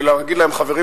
ולהגיד להם: חברים,